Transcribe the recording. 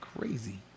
Crazy